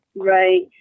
Right